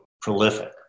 prolific